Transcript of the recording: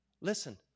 Listen